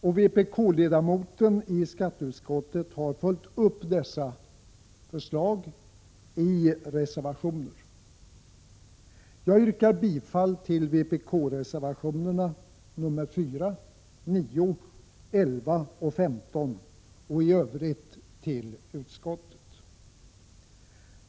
Vpk-ledamoten i skatteutskottet har följt upp dessa förslag i olika reservationer. Jag yrkar bifall till vpk-reservationerna nr 4, 9, 11 och 15 samt i övrigt till utskottets hemställan.